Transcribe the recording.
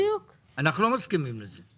אנחנו לא מסכימים לזה.